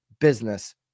business